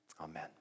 amen